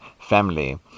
family